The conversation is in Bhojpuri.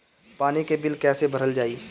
पानी के बिल कैसे भरल जाइ?